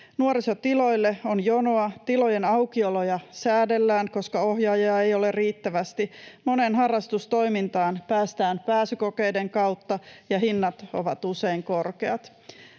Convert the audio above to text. Nuorisotiloille on jonoa. Tilojen aukioloja säädellään, koska ohjaajia ei ole riittävästi. Moneen harrastustoimintaan päästään pääsykokeiden kautta, ja hinnat ovat usein korkeat.